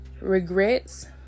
regrets